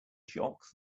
jocks